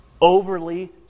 overly